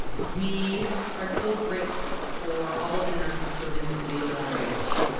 we are so grateful for all of the nurses serving the city of long beach.